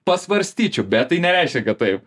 pasvarstyčiau bet tai nereiškia kad taip